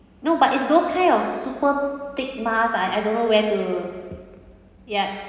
no but it's those kind of super thick mask I I don't know where to ya